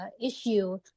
Issue